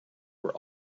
were